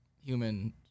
human